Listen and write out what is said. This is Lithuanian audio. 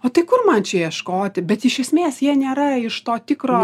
o tai kur man čia ieškoti bet iš esmės jie nėra iš to tikro